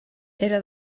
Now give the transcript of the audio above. era